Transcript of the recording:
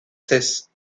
cesse